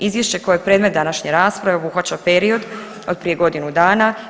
Izvješće koje je predmet današnje rasprava obuhvaća period od prije godinu dana.